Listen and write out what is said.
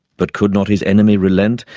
but could not his enemy relent?